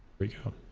we go